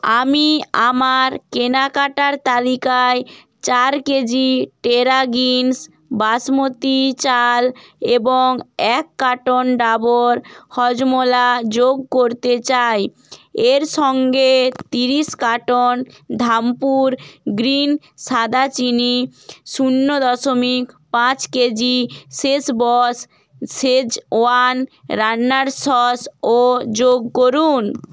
আমি আমার কেনাকাটার তালিকায় চার কেজি টেরা গিন্স বাসমতি চাল এবং এক কার্টন ডাবর হজমোলা যোগ করতে চাই এর সঙ্গে তিরিশ কার্টন ধাম্পুর গ্রিন সাদা চিনি শূন্য দশমিক পাঁচ কেজি শেসবস শেজওয়ান রান্নার সস ও যোগ করুন